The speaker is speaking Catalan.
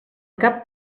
cap